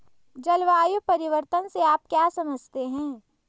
जलवायु परिवर्तन से आप क्या समझते हैं?